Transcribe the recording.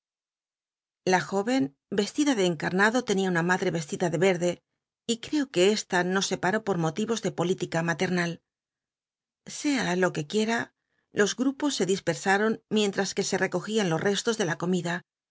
a jóven vestida de encarnado lenia una madre vestida de et'de y creo que esta nos separó por motivos de política maternal sea lo que quima los grupos se dispersamn mientras que se recogían los restos de la comida